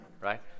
Right